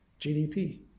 GDP